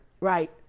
right